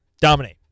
Dominate